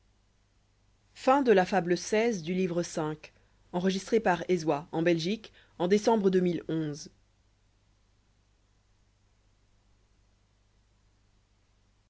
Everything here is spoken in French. la fable de